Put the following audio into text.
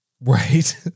Right